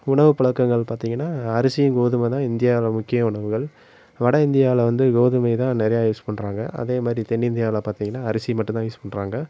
உணவு பழக்கங்கள் பார்த்தீங்கன்னா அரிசியும் கோதுமை தான் இந்தியாவில் முக்கிய உணவுகள் வட இந்தியாவில் வந்து கோதுமை தான் நிறையா யூஸ் பண்ணுறாங்க அதேமாதிரி தென் இந்தியாவில் பார்த்தீங்கன்னா அரிசி மட்டும் தான் யூஸ் பண்ணுறாங்க